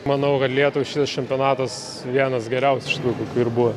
manau kad lietuvai šitas čempionatas vienas geriausių iš tikrųjų kokių ir buvo